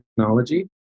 technology